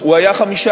הוא היה 5.2%,